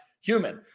human